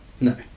no